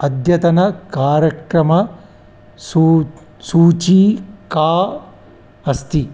अद्यतनकार्यक्रमः सू सूची का अस्ति